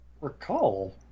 recall